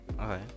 okay